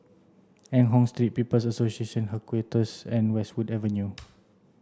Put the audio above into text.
Eng Hoon Street People's Association Headquarters and Westwood Avenue